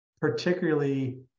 particularly